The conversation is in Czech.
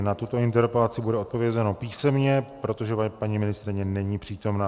Na tuto interpelaci bude odpovězeno písemně, protože paní ministryně není přítomna.